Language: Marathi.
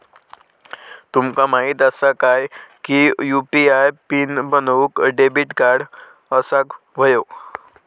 तुमका माहित असा काय की यू.पी.आय पीन बनवूक डेबिट कार्ड असाक व्हयो